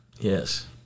Yes